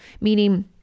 meaning